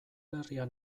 herrian